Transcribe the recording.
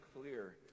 clear